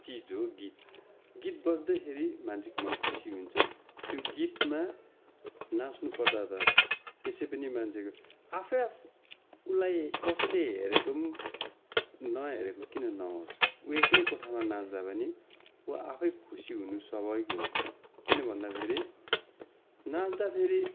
चिज हो गीत गीत बज्दाखेरि मान्छेको मन खुसी हुन्छ त्यो गीतमा नाच्नु पर्दा त त्यसै पनि मान्छेको आफैँ आफ उसलाई कसैले हेरेको नहेरेको किन नहोस् ऊ एक्लै कोठामा नाच्दा पनि ऊ आफैँ खुसी हुनु स्वाभाविक हो किनभन्दा फेरि नाच्दा फेरि